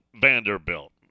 Vanderbilt